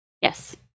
Yes